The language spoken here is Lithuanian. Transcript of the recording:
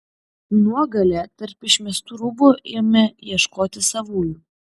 nuogalė tarp išmestų rūbų ėmė ieškoti savųjų